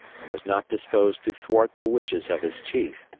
and was not disposed to thwart the wishes of his chief.